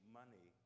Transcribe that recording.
money